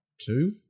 two